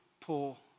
pull